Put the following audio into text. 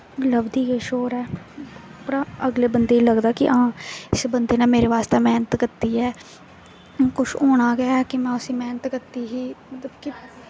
लभदी किश होर ऐ उप्परा अगले बंदे गी लगदा कि हां इस बंदे ने मेरे बास्तै मैह्नत कीती ऐ कुछ होना गै कि में उसी मैह्नत कीती ही मतलब कि